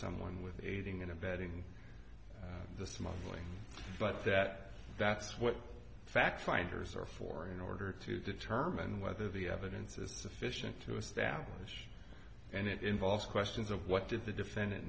someone with aiding and abetting the smuggling but that that's what the fact finders are for in order to determine whether the evidence is sufficient to establish and it involves questions of what did the defendant